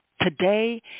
Today